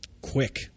quick